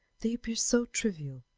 they appear so trivial!